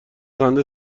خنده